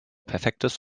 perfektes